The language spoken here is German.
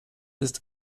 ist